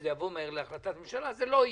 שזה יבוא מהר להחלטת ממשלה זה לא יהיה.